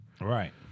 Right